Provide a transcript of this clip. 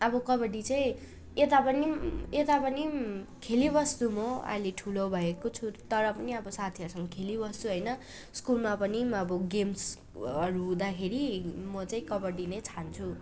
अब कबड्डी चाहिँ यता पनि उता पनि खेलिबस्छु म अहिले ठुलो भएको छु तर पनि अब साथीहरूसँग खेलिबस्छु होइन स्कुलमा पनि अब गेम्सहरू हुँदाखेरि म चाहिँ कबड्डी नै छान्छु